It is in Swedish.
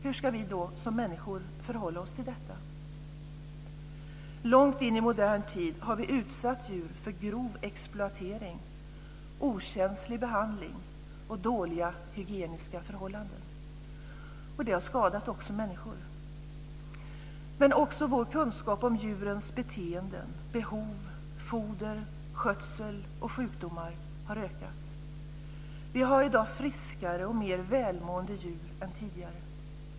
Hur ska vi då som människor förhålla oss till detta? Långt in i modern tid har vi utsatt djur för grov exploatering, okänslig behandling och dåliga hygieniska förhållanden. Det har skadat också människor. Men också vår kunskap om djurens beteenden, behov, foder, skötsel och sjukdomar har ökat. Vi har i dag mer friska och välmående djur än tidigare.